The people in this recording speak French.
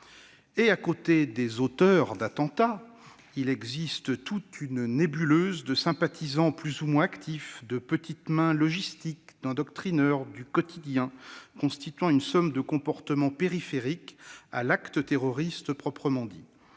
À côté des auteurs d'attentats, il existe toute une nébuleuse de sympathisants plus ou moins actifs, de petites mains logistiques, d'endoctrineurs du quotidien constituant une somme de comportements périphériques à l'acte terroriste proprement dit.